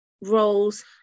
roles